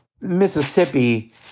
Mississippi